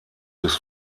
des